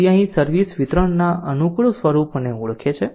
તેથી અહીં સર્વિસ વિતરણના અનુકૂળ સ્વરૂપોને ઓળખે છે